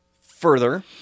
further